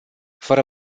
fără